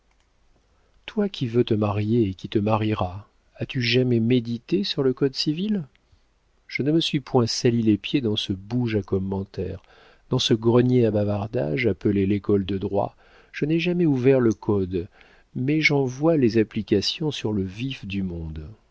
toi qui veux te marier et qui te marieras as-tu jamais médité sur le code civil je ne me suis point sali les pieds dans ce bouge à commentaires dans ce grenier à bavardages appelé l'école de droit je n'ai jamais ouvert le code mais j'en vois les applications sur le vif du monde